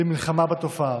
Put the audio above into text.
למלחמה בתופעה.